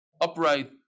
upright